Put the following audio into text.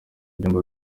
ibyumba